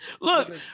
look